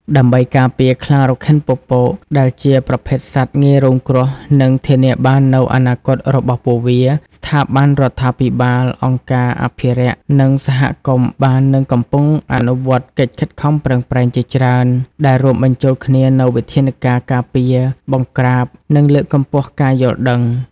ដើម្បីការពារខ្លារខិនពពក ដែលជាប្រភេទសត្វងាយរងគ្រោះ និងធានាបាននូវអនាគតរបស់ពួកវា ស្ថាប័នរដ្ឋាភិបាល អង្គការអភិរក្ស និងសហគមន៍បាននិងកំពុងអនុវត្តកិច្ចខិតខំប្រឹងប្រែងជាច្រើន ដែលរួមបញ្ចូលគ្នានូវវិធានការការពារ បង្ក្រាប និងលើកកម្ពស់ការយល់ដឹង។